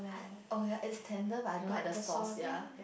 oh ya it's tender but I don't like the sauce ya ya